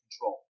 control